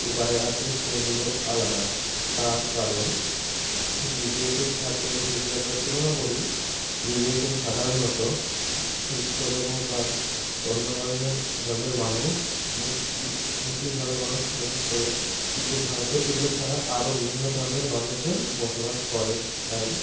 উপায় আছে সেগুলো আলাদা তার কারণ বিদেশের সাথে যদি আমরা তুলনা করি বিদেশে সাধারণত খ্রিস্ট ধর্ম বা অন্য ধরনের ধর্মের মানুষ মুসলিম ধর্মের মানুষ বসত করে কিন্তু ভারতে এগুলো ছাড়া আরও বিভিন্ন ধর্মের মানুষের বসবাস করে তাই